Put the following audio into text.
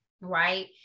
right